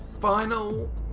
final